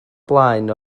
blaen